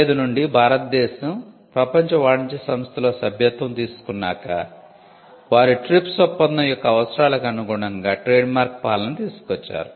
1995 నుండి భారతదేశం ప్రపంచ వాణిజ్య సంస్థలో సభ్యత్వం తీసుకున్నాక వారి TRIPS ఒప్పందం యొక్క అవసరాలకు అనుగుణంగా ట్రేడ్ మార్క్ పాలనను తీసుకువచ్చారు